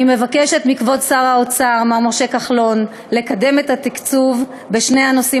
אני מבקשת מכבוד שר האוצר מר משה כחלון לקדם את התקצוב בשני הנושאים